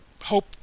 hope